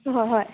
ꯍꯣꯏ ꯍꯣꯏ